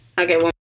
Okay